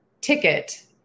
ticket